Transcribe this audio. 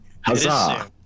Huzzah